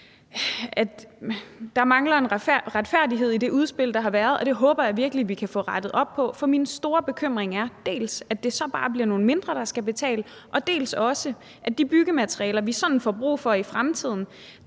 at der mangler en retfærdighed i det udspil, der har været, og det håber jeg virkelig vi kan få rettet op på. For min store bekymring er dels, at det så bare bliver nogle mindre virksomheder, der skal betale, dels, at med hensyn til de byggematerialer, vi får brug for i fremtiden,